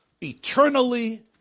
eternally